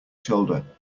shoulder